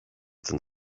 den